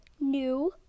new